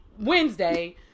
Wednesday